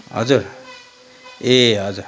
हजुर ए हजुर